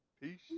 Peace